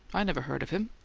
i never heard of him.